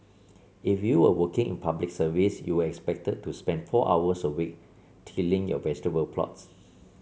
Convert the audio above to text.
if you were working in Public Service you were expected to spend four hours a week tilling your vegetable plots